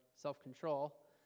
self-control